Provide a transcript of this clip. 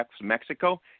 Mexico